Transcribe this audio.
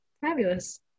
fabulous